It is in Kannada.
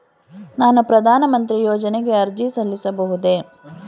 ನಾನು ಪ್ರಧಾನ ಮಂತ್ರಿ ಯೋಜನೆಗೆ ಅರ್ಜಿ ಸಲ್ಲಿಸಬಹುದೇ?